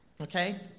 Okay